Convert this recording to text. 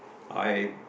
I